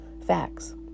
facts